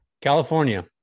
California